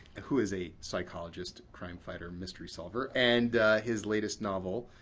who is a psychologist-crime fighter-mystery solver. and his latest novel,